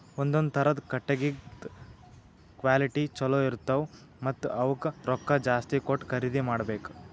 ಒಂದೊಂದ್ ಥರದ್ ಕಟ್ಟಗಿದ್ ಕ್ವಾಲಿಟಿ ಚಲೋ ಇರ್ತವ್ ಮತ್ತ್ ಅವಕ್ಕ್ ರೊಕ್ಕಾ ಜಾಸ್ತಿ ಕೊಟ್ಟ್ ಖರೀದಿ ಮಾಡಬೆಕ್